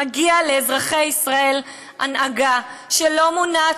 מגיעה לאזרחי ישראל הנהגה שלא מונעת